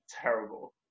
terrible